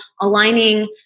aligning